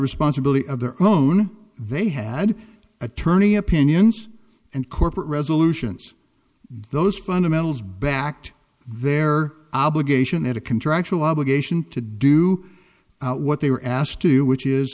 responsibility of the loan they had attorney opinions and corporate resolutions those fundamentals backed their obligation at a contractual obligation to do what they were asked to do which is